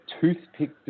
Toothpick